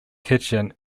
kitchen